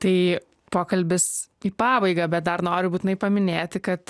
tai pokalbis į pabaigą bet dar noriu būtinai paminėti kad